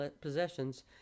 possessions